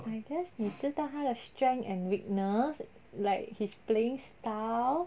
I guess 你知道他的 strength and weakness like his playing style